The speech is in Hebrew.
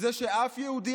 זה שאף יהודי,